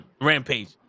Rampage